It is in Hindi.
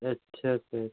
अच्छा सर